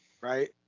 right